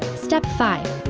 step five.